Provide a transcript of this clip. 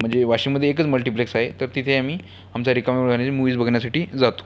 म्हणजे वाशिममध्ये एकच मल्टिप्लेक्स आहे तर तिथे आम्ही आमचा रिकामा वेळ घालवण्यासाठी मुव्हीज बघण्यासाठी जातो